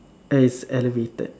it's elevated